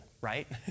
right